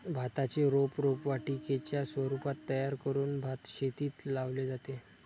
भाताचे रोप रोपवाटिकेच्या स्वरूपात तयार करून भातशेतीत लावले जाते